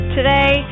Today